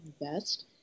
best